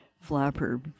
flapper